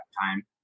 time